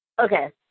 Okay